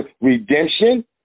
redemption